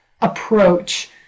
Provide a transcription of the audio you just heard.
approach